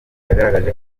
yagaragaje